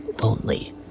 lonely